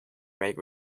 make